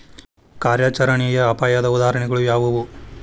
ಕಾರ್ಯಾಚರಣೆಯ ಅಪಾಯದ ಉದಾಹರಣೆಗಳು ಯಾವುವು